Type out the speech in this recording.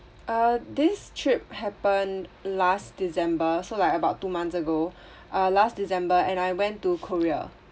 uh this trip happened last december so like about two months ago uh last december and I went to korea